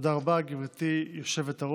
תודה רבה, גברתי היושבת-ראש.